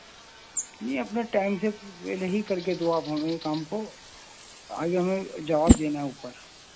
نہیں اپنا ٹائم سے پہلے ہی کر کے دو آپ ہمیں یہ کام کو آگے ہمیں جواب دینا ہے اوپر